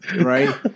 right